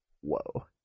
whoa